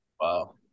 wow